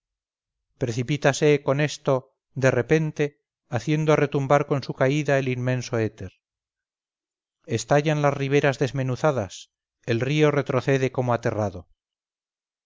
precipítase con esto de repente haciendo retumbar con su caída el inmenso éter estallan las riberas desmenuzadas el río retrocede como aterrado